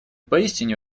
поистине